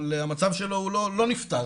אבל המצב שלו הוא לא נפתר.